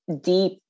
deep